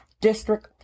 district